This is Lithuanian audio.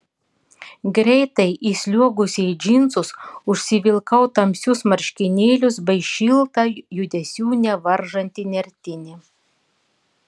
greitai įsliuogusi į džinsus užsivilkau tamsius marškinėlius bei šiltą judesių nevaržantį nertinį